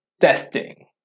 testing